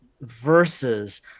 versus